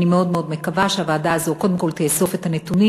ואני מאוד מקווה שהוועדה הזאת קודם כול תאסוף את הנתונים